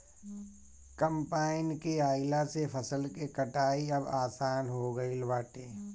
combine के आइला से फसल के कटाई अब आसान हो गईल बाटे